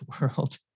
world